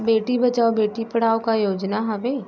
बेटी बचाओ बेटी पढ़ाओ का योजना हवे?